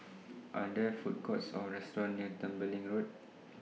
Are There Food Courts Or restaurants near Tembeling Road